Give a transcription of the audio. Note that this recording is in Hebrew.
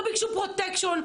לא ביקשו פרוטקשן,